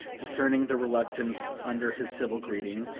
discerning the reluctance under his civil greeting,